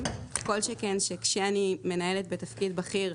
כל שכן כאשר אני מנהלת בתפקיד בכיר,